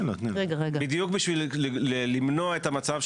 -- בדיוק כדי למנוע את המצב,